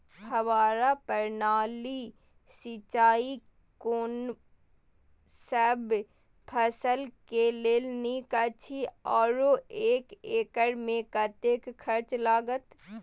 फब्बारा प्रणाली सिंचाई कोनसब फसल के लेल नीक अछि आरो एक एकर मे कतेक खर्च लागत?